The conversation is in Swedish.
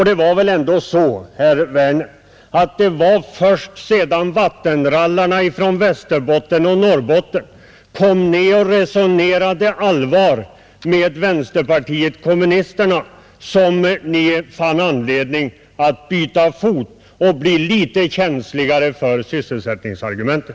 Det var väl ändå så, herr Werner, att det var först sedan vattenrallarna från Västerbotten och Norrbotten kom ner och resonerade allvar med vänsterpartiet kommunisterna som ni fann anledning att byta fot och bli lite känsligare för sysselsättningsargumenten?